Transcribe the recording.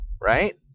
Right